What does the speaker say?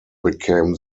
became